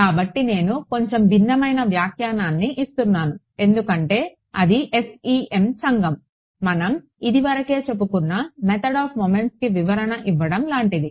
కాబట్టి నేను కొంచెం భిన్నమైన వ్యాఖ్యానాన్ని ఇస్తున్నాను ఎందుకంటే అది FEM సంఘం మనం ఇదివరకే చెప్పుకున్న మెథడ్ అఫ్ మొమెంట్స్ కి వివరణ ఇవ్వడం లాంటిది